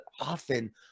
often